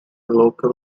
local